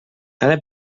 cada